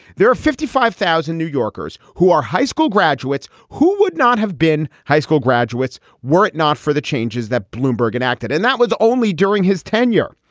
there are fifty five thousand new yorkers who are high school graduates who would not have been high school graduates were it not for the changes that bloomberg enacted. and that was only during his tenure.